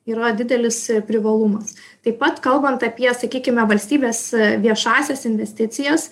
yra didelis privalumas taip pat kalbant apie sakykime valstybės viešąsias investicijas